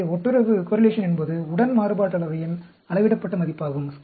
எனவே ஒட்டுறவு என்பது உடன் மாறுபாட்டளவையின் அளவிடப்பட்ட பதிப்பாகும்